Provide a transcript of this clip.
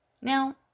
Now